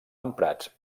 emprats